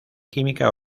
química